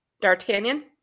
D'Artagnan